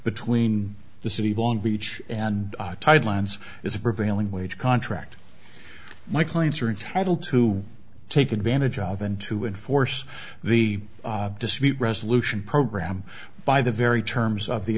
between the city of long beach and tide lines is a prevailing wage contract my clients are entitled to take advantage of and to enforce the dispute resolution program by the very terms of the